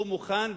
הוא מוכן,